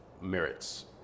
merits